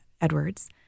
Edwards